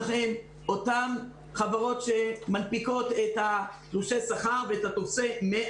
אותן חברות שמנפיקות את תלושי השכר ואת טופסי 100